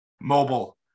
mobile